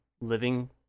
living